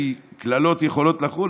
כי קללות יכולות לחול,